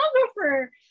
photographer